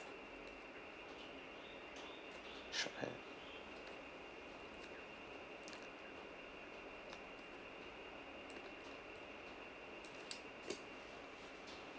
short hair